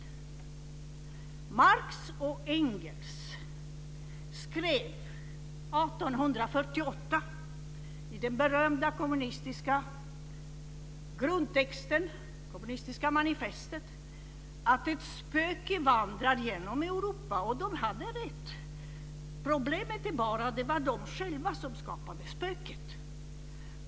Marx och Engels skrev 1848 i den berömda kommunistiska grundtexten, det kommunistiska manifestet, att ett spöke vandrar genom Europa. Och de hade rätt. Problemet är bara att det var de själva som skapade spöket.